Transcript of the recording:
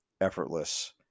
effortless